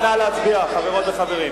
בבקשה, נא להצביע, חברות וחברים.